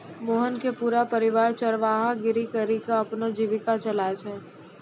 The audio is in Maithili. मोहन के पूरा परिवार चरवाहा गिरी करीकॅ ही अपनो जीविका चलाय छै